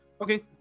Okay